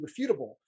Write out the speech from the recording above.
refutable